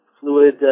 fluid